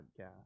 Podcast